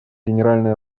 генеральная